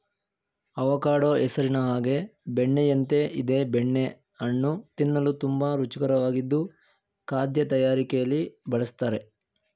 avocado ಹೆಸರಿನ ಹಾಗೆ ಬೆಣ್ಣೆಯಂತೆ ಇದೆ ಬೆಣ್ಣೆ ಹಣ್ಣು ತಿನ್ನಲು ತುಂಬಾ ರುಚಿಕರವಾಗಿದ್ದು ಖಾದ್ಯ ತಯಾರಿಕೆಲಿ ಬಳುಸ್ತರೆ